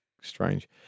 strange